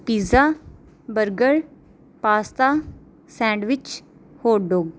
pizza burger pasta sandwich hot dog